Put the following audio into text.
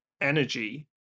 Energy